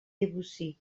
debussy